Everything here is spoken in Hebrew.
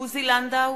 עוזי לנדאו,